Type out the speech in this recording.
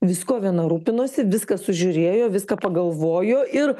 viskuo viena rūpinosi viską sužiūrėjo viską pagalvojo ir